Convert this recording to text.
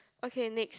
okay next